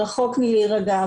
רחוק מלהירגע.